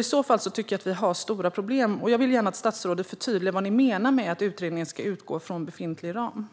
I så fall tycker jag att vi har stora problem. Jag vill därför gärna att statsrådet förtydligar vad ni menar med att utredningen ska utgå från befintlig ram.